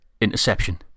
interception